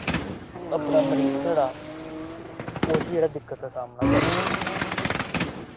अपना मरीज साढ़ा उस्सी जेह्ड़ा दिक्कत दा सामना करने पौंदा